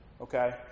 okay